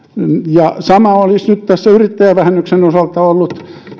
samoin olisi nyt tässä yrittäjävähennyksen osalta ollut